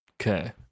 Okay